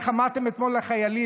איך אמרתם אתמול לחיילים?